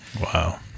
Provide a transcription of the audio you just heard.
Wow